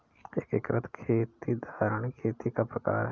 एकीकृत खेती धारणीय खेती का प्रकार है